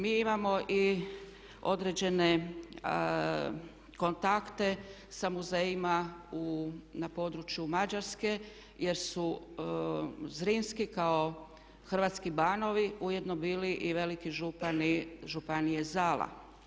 Mi imamo i određene kontakte sa muzejima na području Mađarske jer su Zrinski kao hrvatski banovi ujedno bili i veliki župani županije Zala.